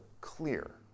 clear